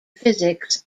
physics